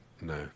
No